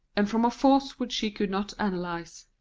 and from a force which she could not analyse.